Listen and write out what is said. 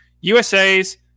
USA's